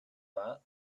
that